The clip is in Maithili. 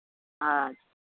अच्छा